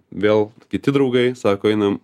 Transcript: vėl kiti draugai sako einam